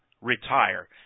retire